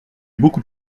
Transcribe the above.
beaucoup